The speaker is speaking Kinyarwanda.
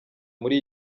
muri